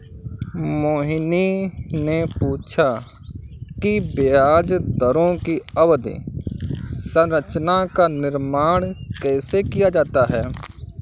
मोहिनी ने पूछा कि ब्याज दरों की अवधि संरचना का निर्माण कैसे किया जाता है?